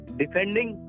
defending